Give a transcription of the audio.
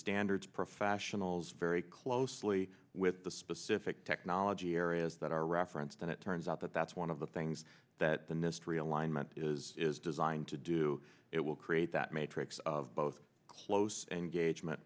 standards professionals very closely with the specific technology areas that are reference then it turns out that that's one of the things that the nist realignment is is designed to do it will create that matrix of both close engagement